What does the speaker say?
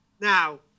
now